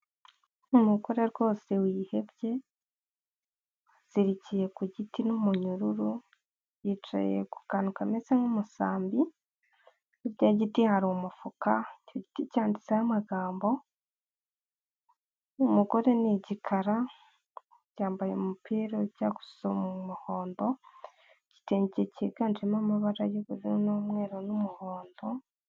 Umugore rwose wihebye azirikiye ku giti nk'umunyururu, yicaye ku kantu kameze nk'umusambi, hirya y'igiti hari umufuka cyanyanditseho amagambo, umugore ni igikara yambaye umupira ujya gusa umuhondo, igitenge cyiganjemo amabara y'ubururu n'umweru n'umuhondo.